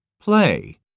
Play